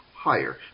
higher